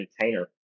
container